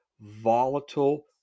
volatile